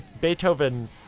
Beethoven